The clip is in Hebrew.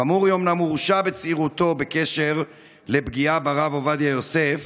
חמורי אומנם הורשע בצעירותו בקשר לפגיעה ברב עובדיה יוסף,